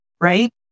right